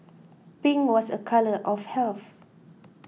pink was a colour of health